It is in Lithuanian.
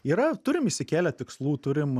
yra turim išsikėlę tikslų turim